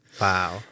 Wow